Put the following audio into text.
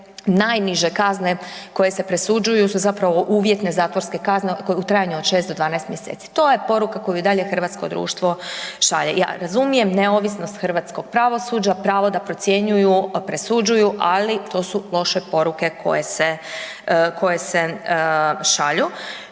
najniže kazne koje se presuđuju su zapravo uvjetne zatvorske kazne u trajanju od 6 do 12 mjeseci. To je poruka koju i dalje hrvatsko društvo šalje. Ja razumijem neovisnost hrvatskog pravosuđa, pravo da procjenjuju, presuđuju, ali to su loše poruke koje se šalju.